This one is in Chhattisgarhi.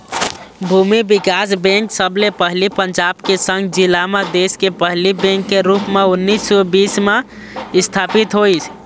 भूमि बिकास बेंक सबले पहिली पंजाब के झंग जिला म देस के पहिली बेंक के रुप म उन्नीस सौ बीस म इस्थापित होइस